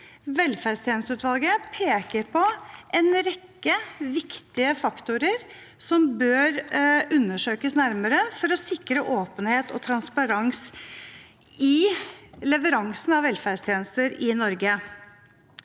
Velferdstjenesteutvalget peker på en rekke viktige faktorer som bør undersøkes nærmere for å sikre åpenhet og transparens i leveransene av velferdstjenester i Norge.